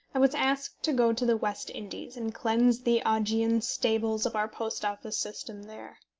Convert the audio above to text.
i was asked to go to the west indies, and cleanse the augean stables of our post office system there.